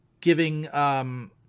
giving